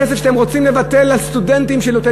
הכסף שאתם רוצים לבטל לסטודנטים שלנו,